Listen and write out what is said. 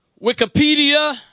Wikipedia